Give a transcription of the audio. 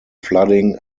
flooding